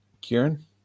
Kieran